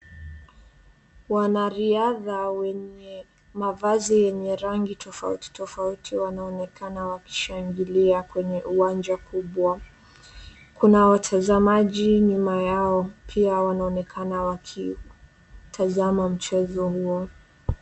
Wanariadha wenye mavazi yenye rangi tofauti tofauti wanaonekana wakishangilia kwenye uwanja kubwa. Kuna watazamaji nyuma yao pia wanaonekana wakitazama mchezo huo.